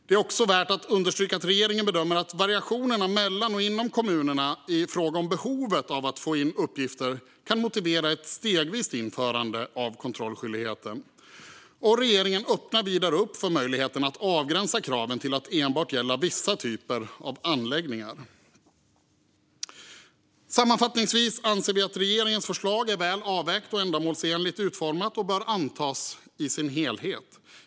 Det är också värt att understryka att regeringen bedömer att variationerna mellan och inom kommunerna i fråga om behovet av att få in uppgifter kan motivera ett stegvist införande av kontrollskyldigheten. Regeringen öppnar vidare upp för möjligheten att avgränsa kraven till att enbart gälla vissa typer av anläggningar. Sammanfattningsvis anser vi att regeringens förslag är väl avvägt och ändamålsenligt utformat och bör antas i sin helhet.